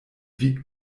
wiegt